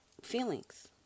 feelings